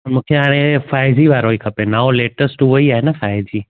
मूंखे हाणे five G वारो ई खपे नओ लेटेस्ट उहेई आहे न फ़ाइव जी